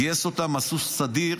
גייס אותם, עשו סדיר,